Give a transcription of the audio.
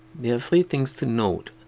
there are three things to note.